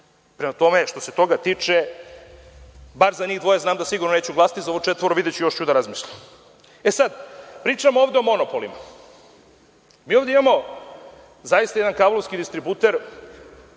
Prema tome, što se toga tiče, bar za njih dvoje znam da sigurno neću glasati, za ovo četvoro videću, još ću da razmislim. Pričamo ovde o monopolima. Mi ovde imamo zaista jedan kablovski distributer